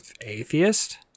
atheist